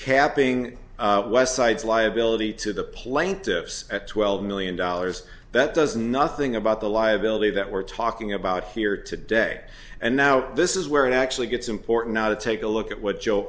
capping why sides liability to the plaintiffs at twelve million dollars that does nothing about the liability that we're talking about here today and now this is where it actually gets important now to take a look at what joe